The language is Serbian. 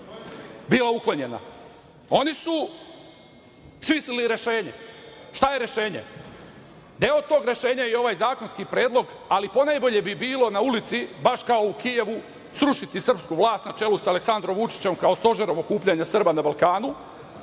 bila uklonjena. Oni su smislili rešenje. Šta je rešenje? Deo tog rešenja je i ovaj zakonski predlog, ali po najbolje bi bilo na ulici, baš kao u Kijevu, srušiti srpsku vlast na čelu sa Aleksandrom Vučićem, kao Stožerovo okupljanje Srba na Balkanu,